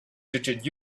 digit